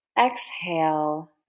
exhale